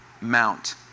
Mount